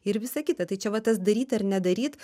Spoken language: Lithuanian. ir visa kita tai čia vat tas daryt ar nedaryt